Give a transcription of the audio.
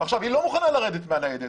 היא לא מוכנה לרדת מהניידת,